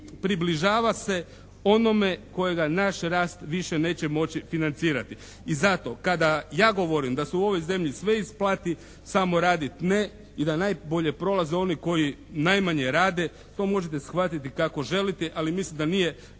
približava se onome kojega naš rast više neće moći financirati. I zato, kada ja govorim da se u ovoj zemlji sve isplati samo raditi ne i da najbolje prolaze oni koji najmanje rade to možete shvatiti kako želite ali mislim da nije